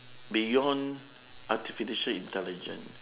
beyond artificial intelligence